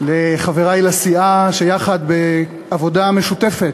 לחברי לסיעה, שיחד, בעבודה משותפת,